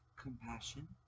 compassion